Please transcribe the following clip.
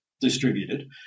distributed